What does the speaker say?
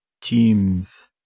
teams